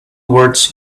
words